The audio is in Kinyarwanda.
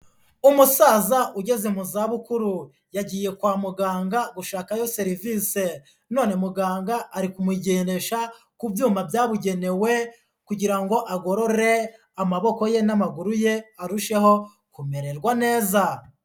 Umusaza ugeze mu zabukuru yagiye kwa muganga gushakayo serivise, none muganga ari kumugendesha ku byuma byabugenewe kugira ngo agorore amaboko ye n'amaguru ye arusheho kumererwa neza.